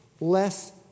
less